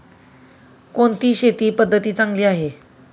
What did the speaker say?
कोणती शेती पद्धती चांगली आहे?